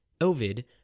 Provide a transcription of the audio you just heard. Ovid